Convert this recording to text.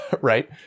right